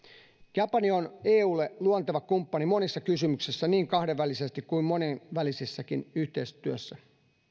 japani on eulle luonteva kumppani monissa kysymyksissä niin kahdenvälisesti kuin monenvälisessäkin yhteistyössä